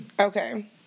Okay